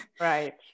Right